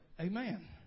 Amen